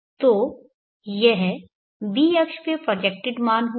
तो यह b अक्ष पर प्रोजेक्टेड मान होगा